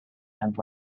and